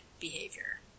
behavior